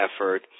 effort